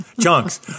chunks